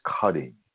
cutting